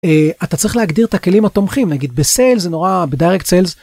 אתה צריך להגדיר את הכלים התומכים להגיד בסייל זה נורא בdirect sels.